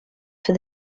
for